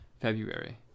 February